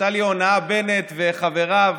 נפתלי הונאה בנט, וחבריו